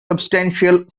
substantial